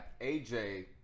AJ